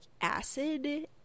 acid